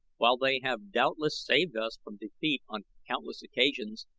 while they have doubtless saved us from defeat on countless occasions,